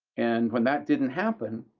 and when that didn't happen,